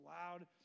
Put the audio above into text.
loud